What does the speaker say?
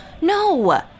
No